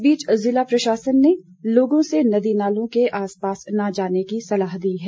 इस बीच जिला प्रशासन ने लोगों से नदी नालों के आसपास न जाने की सलाह दी है